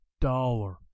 dollar